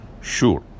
sure